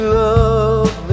love